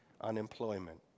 unemployment